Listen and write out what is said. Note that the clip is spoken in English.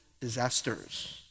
disasters